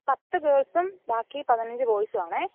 പത്ത് ഗേൾസും ബാക്കി പതിനഞ്ച് ബോയ്സും ആണ്